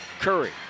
Curry